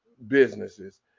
businesses